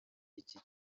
iki